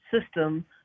system